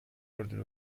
order